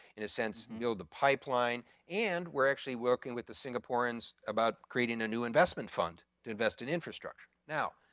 in a sense, mill the pipeline and we're actually working with the singaporeans about creating a new investment fund to invest in infrastructure. now,